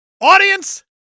Audience